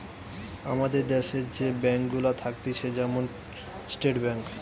আমাদের দ্যাশে যে ব্যাঙ্ক গুলা থাকতিছে যেমন স্টেট ব্যাঙ্ক